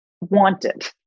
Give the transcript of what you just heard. wanted